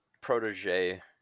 protege